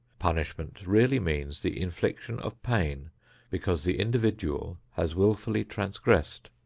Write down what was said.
punishment really means the infliction of pain because the individual has wilfully transgressed.